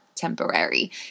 Temporary